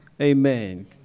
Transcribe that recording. amen